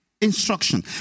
Instruction